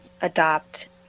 adopt